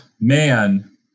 man